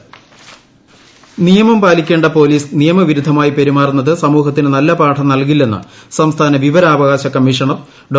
വിവരാവകാശ കമ്മീഷ്ണർ നിയമം പാലിക്കേണ്ട പോലീസ് നിയമ വിരുദ്ധമായി പെരുമാ റുന്നത് സമൂഹത്തിന് നല്ല പാഠം നൽകില്ലെന്ന് സംസ്ഥാന വിവ രാവകാശ കമ്മീഷണർ ഡോ